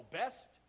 best